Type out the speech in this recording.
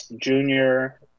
junior